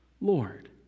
Lord